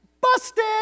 Busted